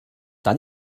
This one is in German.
dann